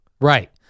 Right